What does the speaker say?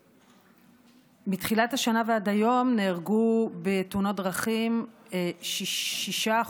מתחילת השנה ועד היום נהרגו בתאונות דרכים 6.8%